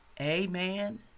Amen